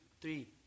three